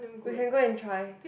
we can go and try